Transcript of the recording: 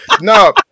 No